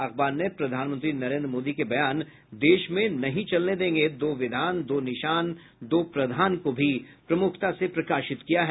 अखबार ने प्रधानमंत्री नरेन्द्र मोदी के बयान देश में नहीं चलेंगे दो विधान दो निशान दो प्रधान को भी प्रमुखता से प्रकाशित किया है